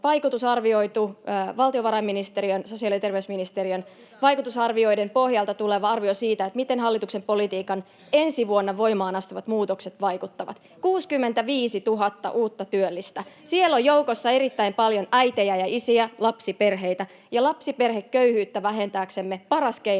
vaikutusarvioitu, valtiovarainministeriön, sosiaali- ja terveysministeriön [Suna Kymäläisen välihuuto] vaikutusarvioiden pohjalta tuleva arvio siitä, miten hallituksen politiikan ensi vuonna voimaan astuvat muutokset vaikuttavat: 65 000 uutta työllistä. [Li Anderssonin välihuuto] Siellä on joukossa erittäin paljon äitejä ja isiä, lapsiperheitä, ja lapsiperheköyhyyttä vähentääksemme paras keino